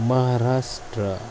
Maharashtra